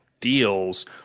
deals